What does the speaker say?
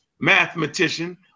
Mathematician